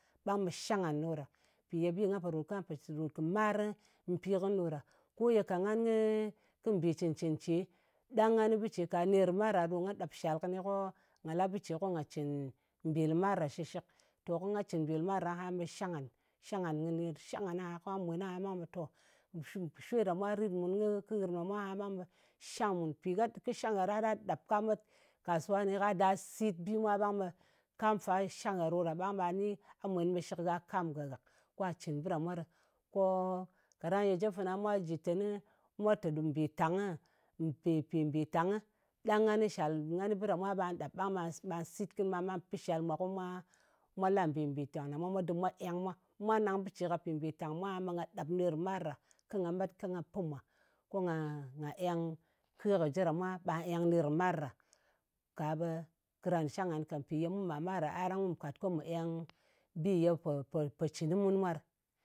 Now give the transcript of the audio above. Ɓang ɓe shang ngan ɗo da. Mpì ye bi nga pò rot ka pò cɨn kɨ marɨ mpi kɨni ɗo ɗa. Ko ye ka ngan kɨ mbì cɨn-cɨn ce ɗang ngan kɨ bɨ ce ka, ɓe nerri marà ɗo nga ɗap shal kɨni ko nga la bɨ ce ko nga cɨn mbì lɨmar ɗa shɨshɨk. To ko nga cɨn mbì lɨmar ɗa aha ɓe shang ngan. Shang ngan, shang ngan, ko nga mwen aha ɓe to shù shwe ɗa mwa rit mùn kɨ nghɨrm ɗa mwa rit mun aha, ɓe shang mùn. mpi kɨ shang gha a ɗa ɗap kwa met kasuwa kɨnɨ kwa da sit bi mwa a ɓang ɓe kam fa shang gha ɗo ɗa, ɓang ɓa ni a mwen ɓe shɨk gha kam gha gàk, kwa cɨn bɨ ɗa mwa ɗɨ. Ko kaɗang ye jep fana mwa jɨ teni mwa tè ɗu mbìtangngɨ, mpì mpì mpì mbìtangnɨ, ɗang ngan kɨ shal, ngan kɨ ɓa mwa ɓa ɗap ɓang ɓa sit kɨnɨ ɓa pɨ shal mwa ɓang ɓe mwa la mbì mbìtang ɗa mwa mwa dɨm mwa eng mwa. Mwa nang bɨ ce ka pì mbìtang mwa, ɓe nga ɗap ɓa bɨ ce nerri mar ɗa ko nga met ko nga pɨ mwa, ko nga eng ke kɨ je ɗa mwa, ɓa eng ner kɨ mar ɗa. Ka ɓe kɨran shang ngan ka. Mpì mu màr-mara ɗang mù kat bi ye pò pò pò cɨn kɨ mun mwa ɗɨ